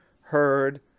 heard